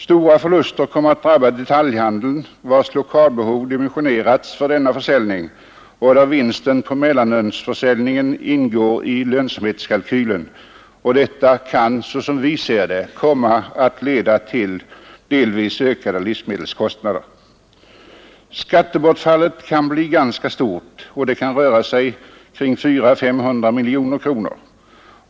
Stora förluster kommer att drabba detaljhandeln, vars lokaler dimensionerats för denna försäljning och där vinsten på mellanölsförsäljningen ingår i lönsamhetskalkylen. Detta kan, såsom vi ser det, komma att leda till delvis ökade livsmedelskostnader. Skattebortfallet kan bli ganska stort och kan röra sig kring 400-500 miljoner kronor.